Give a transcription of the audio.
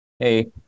Hey